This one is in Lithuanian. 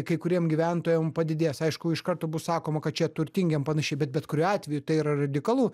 kai kuriem gyventojam padidės aišku iš karto bus sakoma kad čia turtingiem panašiai bet bet kuriuo atveju tai yra radikalu